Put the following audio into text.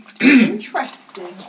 interesting